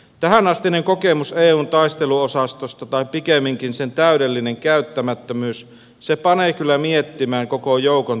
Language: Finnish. tähänastinen kokemus eun taisteluosastosta tai pikemminkin sen täydellinen käyttämättömyys panee kyllä miettimään koko joukon tarpeellisuutta